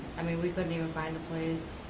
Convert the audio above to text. i mean, we couldn't even find a place.